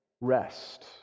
Rest